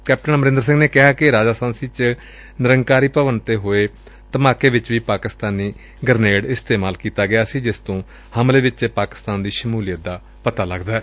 captain Amarinder Singh ਨੇ ਕਿਹਾ ਕਿ ਰਾਜਾ ਸਾਂਸੀ ਵਿਚ ਨਿੰਰਕਾਰੀ ਭਵਨ ਚ ਵਿਸਫੋਟ ਵਿਚ ਵੀ ਪਾਸਿਕਤਾਨੀ ਗ੍ਰੇਨੇਡ ਇਸਤੇਮਾਲ ਕੀਤਾ ਗਆ ਸੀ ਜਿਸਤੋਂ ਹਮਲੇ ਵਿਚ ਵੀ ਪਾਕਿਸਤਾਨ ਦੀ ਸ਼ਮੁਲੀਅਤ ਦਾ ਪਤਾ ਲੱਗਦੈ